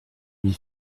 mes